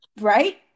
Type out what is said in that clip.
right